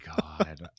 God